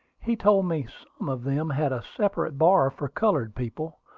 he told me some of them had a separate bar for colored people,